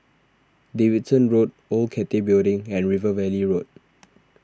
Davidson Road Old Cathay Building and River Valley Road